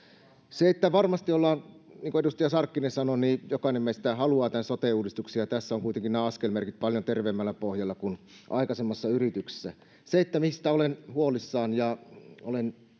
varmasti niin kuin edustaja sarkkinen sanoi jokainen meistä haluaa tämän sote uudistuksen ja tässä ovat kuitenkin nämä askelmerkit paljon terveemmällä pohjalla kuin aikaisemmassa yrityksessä se mistä olen huolissani ja